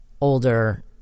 older